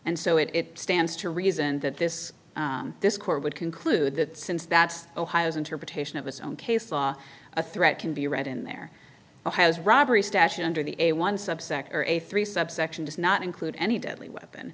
and so it stands to reason that this this court would conclude that since that's ohio's interpretation of its own case law a threat can be read in there one has robbery stashed under the a one subsect or a three subsection does not include any deadly weapon